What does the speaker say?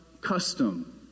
custom